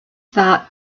that